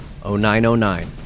0909